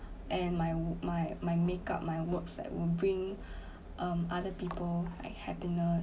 and my my my makeup my works like will bring um other people like happiness